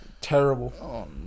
terrible